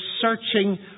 searching